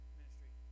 ministry